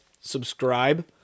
subscribe